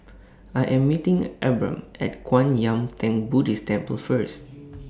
I Am meeting Abram At Kwan Yam Theng Buddhist Temple First